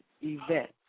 event